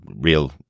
real